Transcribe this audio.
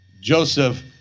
Joseph